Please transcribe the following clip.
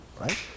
right